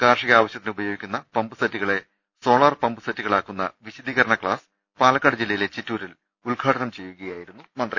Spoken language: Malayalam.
കാർഷിക ആവശ്യത്തിന് ഉപയോഗി ക്കുന്ന പമ്പ് സെറ്റുകളെ സോളാർ പമ്പ്സെറ്റുകളാക്കുന്ന വിശദീകരണ ക്ലാസ് ചിറ്റൂരിൽ ഉദ്ഘാടനം ചെയ്യുകയായിരുന്നു മന്ത്രി